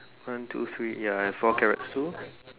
one two three ya I have four carrots too